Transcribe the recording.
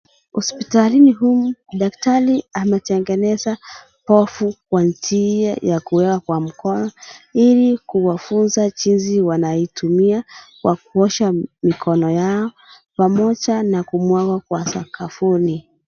Hospitalini humu daktari ametengeneza povu kwa njia ya kuweka kwa mkono, ili kuwafunza jinsi wanaitumia kwa kuosha mikono yao, pamoja na kumwagwa kwa sakafuni.